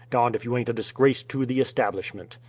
darned if you aint a disgrace to the establishment.